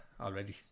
already